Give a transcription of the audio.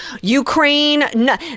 Ukraine